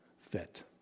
fit